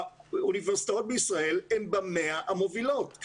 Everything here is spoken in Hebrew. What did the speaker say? האוניברסיטאות בישראל הן ב-100 המובילות.